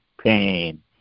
pain